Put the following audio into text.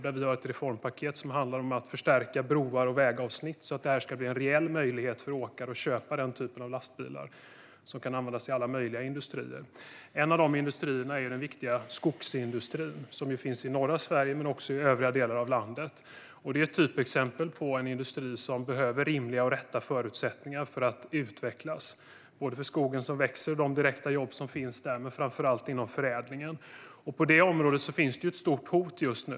Där har vi ett reformpaket som handlar om att förstärka broar och vägavsnitt, så att det ska bli en reell möjlighet för åkare att köpa den typen av lastbilar, som kan användas i alla möjliga industrier. En av dessa industrier är den viktiga skogsindustrin, som finns i norra Sverige men också i övriga delar av landet. Det är ett typexempel på en industri som behöver rimliga och rätt förutsättningar för att utvecklas. Det gäller både skogen som växer och de direkta jobb som finns där. Men framför allt gäller det förädlingen. På det området finns ett stort hot just nu.